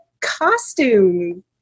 costume